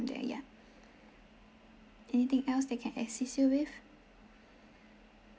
there ya anything else that I can assist you with